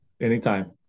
Anytime